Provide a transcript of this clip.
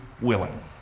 willing